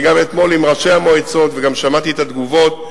אתמול בפגישה עם ראשי המועצות שמעתי גם תגובות,